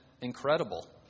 incredible